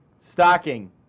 Stocking